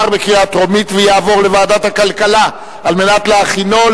לדיון מוקדם בוועדת הכלכלה נתקבלה.